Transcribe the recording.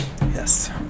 Yes